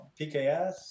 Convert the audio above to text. PKS